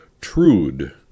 Trude